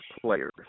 players